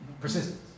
Persistence